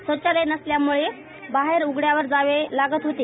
स्वच्छालय नसल्यामुळे बाहेर उघड्यावर जावे लागत होते